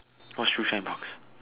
what shoe shine box